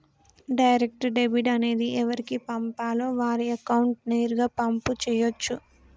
direct debit అనేది ఎవరికి పంపాలో వారి అకౌంట్ నేరుగా పంపు చేయచ్చు